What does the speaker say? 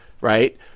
right